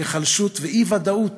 היחלשות ואי-ודאות